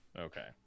Okay